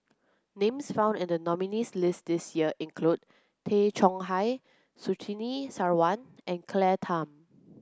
names found in the nominees' list this year include Tay Chong Hai Surtini Sarwan and Claire Tham